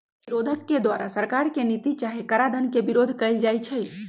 प्रतिरोध के द्वारा सरकार के नीति चाहे कराधान के विरोध कएल जाइ छइ